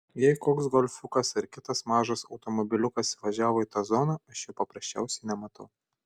jei koks golfiukas ar kitas mažas automobiliukas įvažiavo į tą zoną aš jo paprasčiausiai nematau